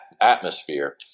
atmosphere